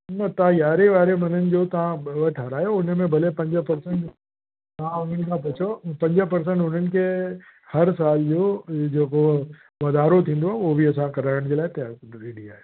न तव्हां यारहें वारे महिननि जो तव्हां ॿ ॿ ठाराहियो उन में भले पंज परसेंट तव्हां उन्हनि खां पुछो पंज परसेंट उन्हनि खे हर साल जो जेको वधारो थींदो उहो बि असां कराइण जे लाइ तियारु रेडी आहियूं